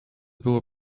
było